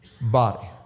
body